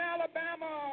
Alabama